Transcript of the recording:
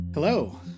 Hello